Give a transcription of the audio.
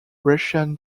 russian